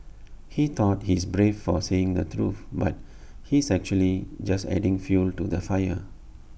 he thought he's brave for saying the truth but he's actually just adding fuel to the fire